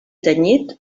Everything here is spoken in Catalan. tenyit